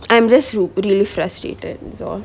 I am rest really frustrated so